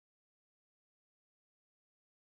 because I am sweet nigga